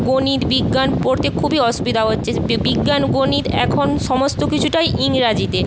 গণিত বিজ্ঞান পড়তে খুবই অসুবিধা হচ্ছে বিজ্ঞান গণিত এখন সমস্ত কিছুটাই ইংরাজিতে